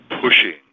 pushing